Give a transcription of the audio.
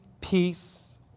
peace